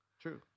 True